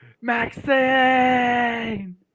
Maxine